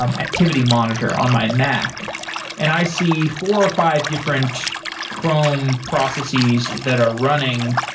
um activity monitor on my mac and i see four or five different chrome processes that are running.